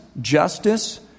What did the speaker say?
justice